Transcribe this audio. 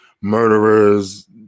murderers